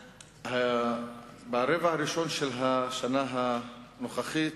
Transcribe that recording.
ברבע הראשון של השנה הנוכחית